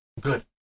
good